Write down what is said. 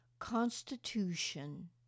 Constitution